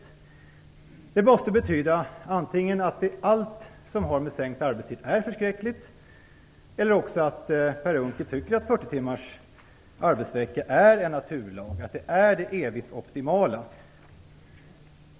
Det måste betyda antingen att allt som har med förkortad arbetstid att göra är förskräckligt eller att Per Unckel tycker att 40 timmars arbetsvecka är en naturlag och det evigt optimala.